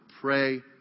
pray